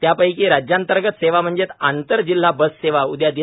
त्यापैकी राज्यांतर्गत सेवा म्हणजेच आंतरजिल्हा बससेवा उद्या दि